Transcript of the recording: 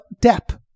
depth